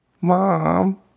Mom